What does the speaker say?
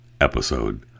episode